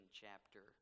chapter